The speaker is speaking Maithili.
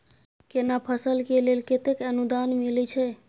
केना फसल के लेल केतेक अनुदान मिलै छै?